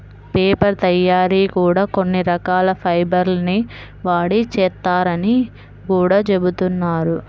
paper తయ్యారీ కూడా కొన్ని రకాల ఫైబర్ ల్ని వాడి చేత్తారని గూడా జెబుతున్నారు